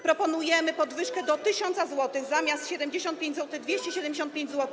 Proponujemy podwyżkę do 1000 zł, zamiast 75 zł - 275 zł.